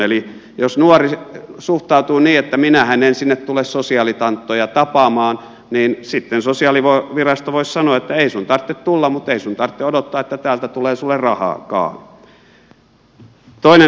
eli jos nuori suhtautuu niin että minähän en sinne tule sosiaalitanttoja tapaamaan niin sitten sosiaalivirasto voisi sanoa että ei sun tartte tulla mutta ei sun tartte odottaa että täältä tulee sulle rahaakaan